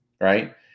right